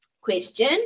question